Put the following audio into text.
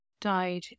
died